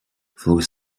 volgens